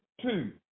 two